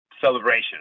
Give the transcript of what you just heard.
celebration